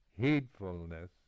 heedfulness